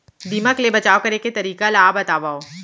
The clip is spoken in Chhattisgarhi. दीमक ले बचाव करे के तरीका ला बतावव?